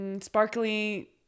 sparkly